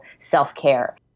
self-care